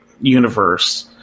universe